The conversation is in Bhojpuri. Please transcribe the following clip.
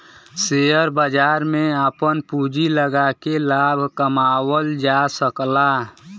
शेयर बाजार में आपन पूँजी लगाके लाभ कमावल जा सकला